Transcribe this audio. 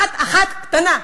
מחט אחת קטנה.